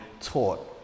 taught